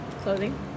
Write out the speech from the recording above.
clothing